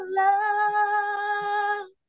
love